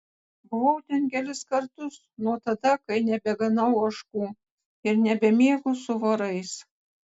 buvau ten kelis kartus nuo tada kai nebeganau ožkų ir nebemiegu su vorais